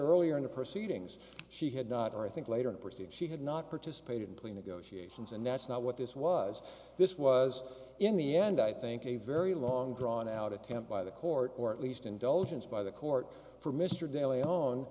earlier in the proceedings she had not i think later in proceed she had not participated in plea negotiations and that's not what this was this was in the end i think a very long drawn out attempt by the court or at least indulgence by the court for mr daly hon